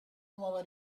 nuova